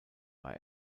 war